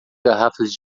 garrafas